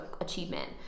achievement